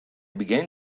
began